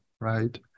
right